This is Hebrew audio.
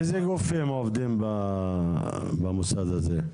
איזה גופים עובדים במוסד הזה?